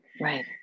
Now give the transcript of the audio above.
Right